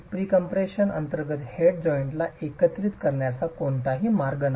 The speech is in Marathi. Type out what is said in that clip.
प्रीकम्पप्रेशन अंतर्गत हेड जॉइंटला एकत्रित करण्याचा कोणताही मार्ग नाही